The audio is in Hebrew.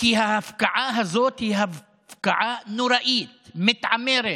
כי ההפקעה הזאת היא הפקעה נוראית, מתעמרת